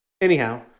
Anyhow